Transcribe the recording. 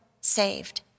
saved